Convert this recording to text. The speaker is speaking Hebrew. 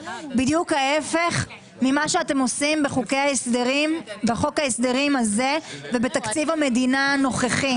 בדיוק ההיפך ממה שאתם עושים בחוק ההסדרים הזה ובתקציב המדינה הנוכחי.